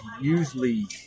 usually